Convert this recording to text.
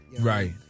right